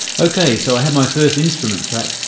ok so i have my first instrument track,